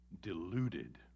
deluded